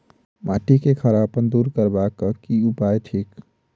माटि केँ खड़ापन दूर करबाक की उपाय थिक?